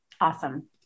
Awesome